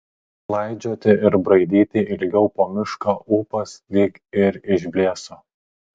klaidžioti ir braidyti ilgiau po mišką ūpas lyg ir išblėso